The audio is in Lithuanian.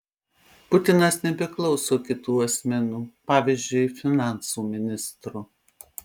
putinas nebeklauso kitų asmenų pavyzdžiui finansų ministro